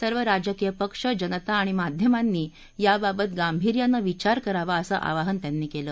सर्व राजकीय पक्ष जनता आणि माध्यमांनी याबाबत गांभीर्याने विचार करावा असं आवाहन त्यांनी केलं